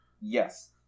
Yes